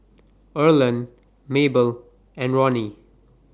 Erland Mabel and Roni